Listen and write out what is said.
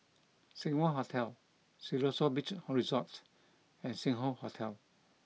Seng Wah Hotel Siloso Beach Resort and Sing Hoe Hotel